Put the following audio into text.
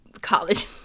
college